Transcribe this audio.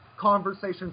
conversations